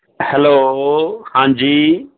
hello ਹਾਂਜੀ